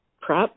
PrEP